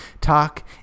talk